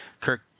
Kirk